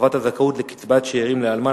(הרחבת הזכאות לקצבת שאירים לאלמן),